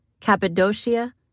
Cappadocia